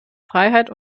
freiheit